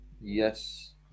Yes